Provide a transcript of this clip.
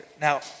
Now